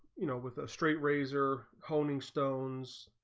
you know with a straight razor calling stones